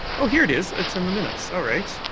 oh, here it is. it's in the minutes. all right.